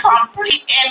complete